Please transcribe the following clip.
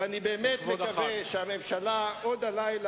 ואני יודע שהקואליציה הזאת,